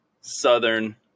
southern